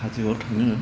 हाजोआव थाङो